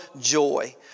joy